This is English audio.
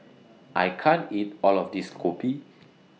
I can't eat All of This Kopi